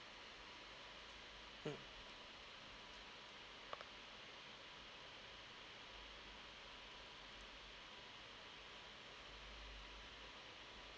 mm